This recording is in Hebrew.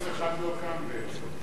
אף אחד לא כאן בעצם.